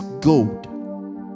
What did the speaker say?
gold